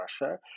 Russia